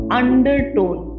undertone